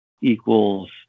equals